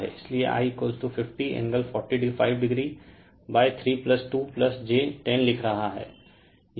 इसलिए I 5045o 3 2 j 10 लिख रहा है